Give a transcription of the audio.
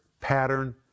pattern